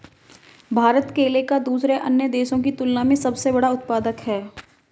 भारत केले का दूसरे अन्य देशों की तुलना में सबसे बड़ा उत्पादक है